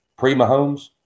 pre-Mahomes